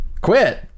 Quit